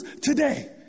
today